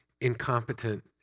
incompetent